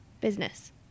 Business